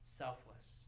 selfless